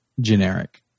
generic